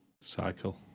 Cycle